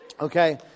Okay